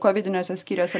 kovidiniuose skyriuose